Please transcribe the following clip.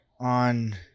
on